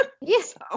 Yes